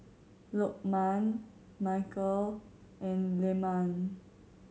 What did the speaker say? Lokman Mikhail and Leman